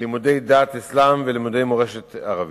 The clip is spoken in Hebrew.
לימודי דת אסלאם ולימודי מורשת ערבית.